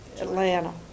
Atlanta